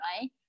right